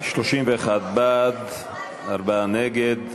31 בעד, ארבעה נגד.